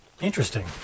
Interesting